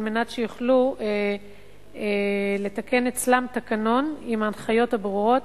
כדי שיוכלו לתקן אצלם תקנון עם ההנחיות הברורות